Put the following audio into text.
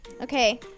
Okay